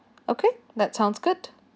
okay that sounds good